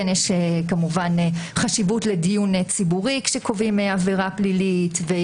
כן יש כמובן חשיבות לדיון ציבורי כשקובעים עבירה פלילית,